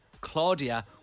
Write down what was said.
Claudia